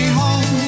home